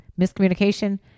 miscommunication